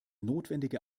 notwendige